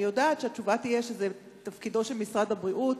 אני יודעת שהתשובה תהיה שזה תפקידו של משרד הבריאות,